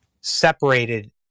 separated